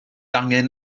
angen